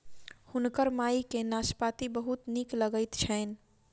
हुनकर माई के नाशपाती बहुत नीक लगैत छैन